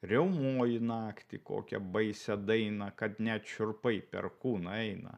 riaumoji naktį kokią baisią dainą kad net šiurpai per kūną eina